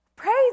Praise